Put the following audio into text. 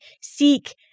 seek